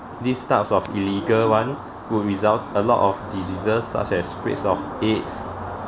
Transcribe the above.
these types of illegal one will result a lot of diseases such as raise of aids